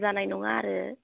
जानाय नङा आरो